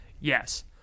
Yes